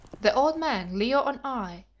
the old man, leo and i,